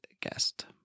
guest